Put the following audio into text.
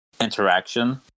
interaction